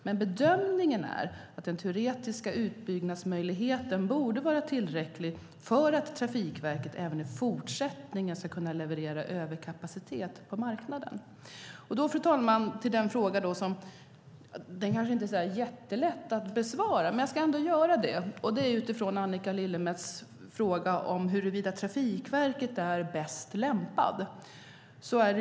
Men bedömningen är att den teoretiska utbyggnadsmöjligheten borde vara tillräcklig för att Trafikverket även i fortsättningen ska kunna leverera överkapacitet på marknaden. Fru talman! Då går jag över till en fråga som inte är så där jättelätt att besvara, men jag ska ändå göra det, nämligen Annika Lillemets fråga om huruvida Trafikverket är bäst lämpat att hantera kapacitetstilldelningen.